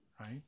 Right